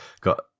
got